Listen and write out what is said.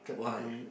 why